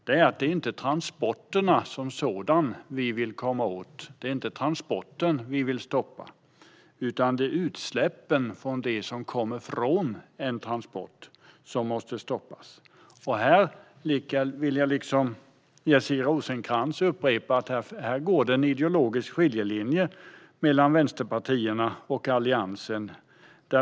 Det är att det inte är transporterna som sådana vi vill komma åt och stoppa utan att det är utsläppen som kommer från en transport som måste stoppas. Här vill jag upprepa vad Jessica Rosencrantz sa, att här går det en ideologisk skiljelinje mellan vänsterpartierna och Alliansen.